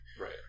right